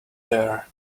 there